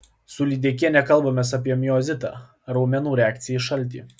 su lydekiene kalbamės apie miozitą raumenų reakciją į šaltį